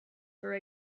for